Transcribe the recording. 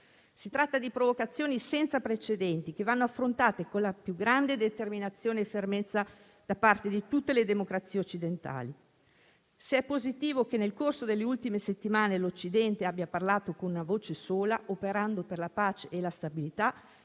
Si tratta di provocazioni senza precedenti che vanno affrontate con la più grande determinazione e fermezza da parte di tutte le democrazie occidentali. Se è positivo che nel corso delle ultime settimane l'Occidente abbia parlato con una voce sola, operando per la pace e la stabilità,